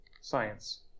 science